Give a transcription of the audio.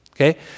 Okay